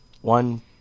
one